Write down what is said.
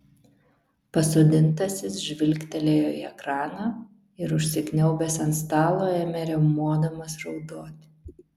pasodintasis žvilgtelėjo į ekraną ir užsikniaubęs ant stalo ėmė riaumodamas raudoti